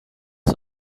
são